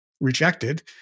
rejected